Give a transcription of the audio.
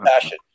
Passion